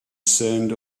scent